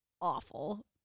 awful